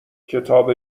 کتاب